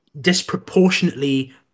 disproportionately